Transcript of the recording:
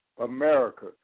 America